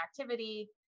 activity